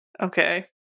okay